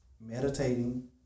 meditating